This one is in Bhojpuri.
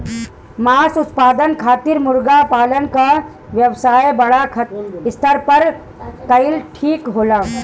मांस उत्पादन खातिर मुर्गा पालन क व्यवसाय बड़ा स्तर पर कइल ठीक होला